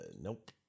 nope